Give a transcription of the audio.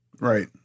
Right